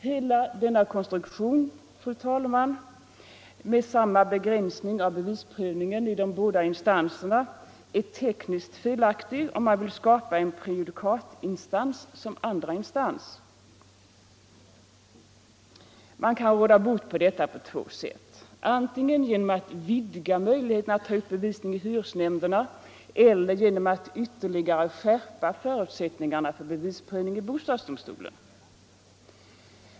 Hela denna konstruktion, fru talman, med samma begränsning av bevisprövningen i båda instanserna är tekniskt felaktig, om man vill skapa en prejudikatinstans som andra instans. Man kan råda bot på detta på två sätt — antingen genom att vidga möjligheten att ta upp bevisning i hyresnämnderna eller genom att ytterligare skärpa förutsättningarna för bevisprövning i bostadsdomstolen.